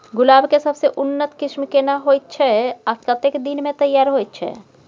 गुलाब के सबसे उन्नत किस्म केना होयत छै आ कतेक दिन में तैयार होयत छै?